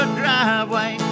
driveway